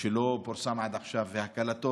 שלא פורסם עד עכשיו והקלטות,